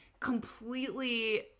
completely